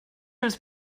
was